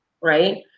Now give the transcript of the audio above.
right